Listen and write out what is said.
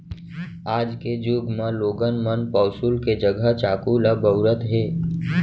आज के जुग म लोगन मन पौंसुल के जघा चाकू ल बउरत हें